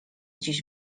dziś